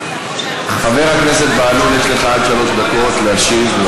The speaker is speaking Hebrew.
חבר הכנסת בהלול, יש לך עד שלוש דקות להשיב.